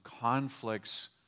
conflicts